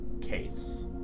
case